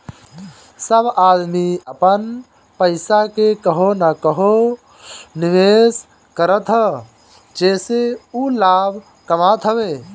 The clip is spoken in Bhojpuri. सब आदमी अपन पईसा के कहवो न कहवो निवेश करत हअ जेसे उ लाभ कमात हवे